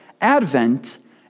Advent